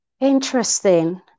interesting